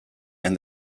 and